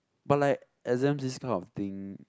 but like exams this kind of thing